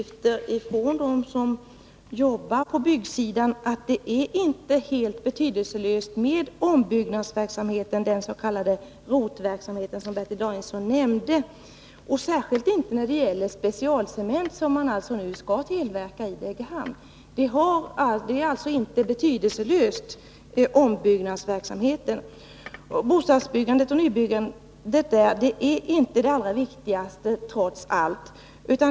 Från dem som jobbar på byggsidan har jag fått uppgiften att ombyggnadsverksamheten — rotverksamheten, som Bertil Danielsson nämnde — inte är betydelselös, särskilt inte när det gäller specialcement, som man alltså nu skall tillverka i Degerhamn. Bostadsbyggandet är trots allt inte det allra viktigaste.